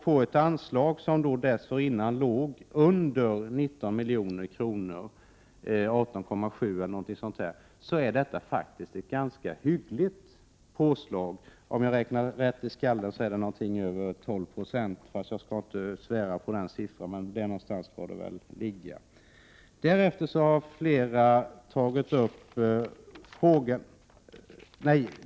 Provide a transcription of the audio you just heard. På ett anslag som dessförinnan låg under 19 milj.kr. — 18,7 eller någonting sådant — är detta faktiskt ett ganska hyggligt påslag. Om jag räknar rätt i huvudet är det över 12 Ze. Jag skall inte svära på den siffran men ungefär där någonstans ligger det.